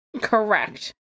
Correct